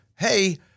hey